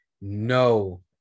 no –